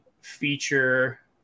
feature